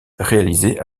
réalisé